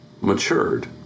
matured